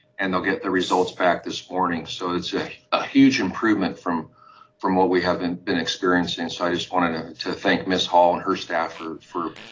and they'll get the results back this morning. so it's a huge improvement from from what we have been been experiencing, so i just wanted ah to thank miss hall and her staff for